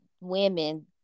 women